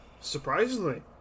Surprisingly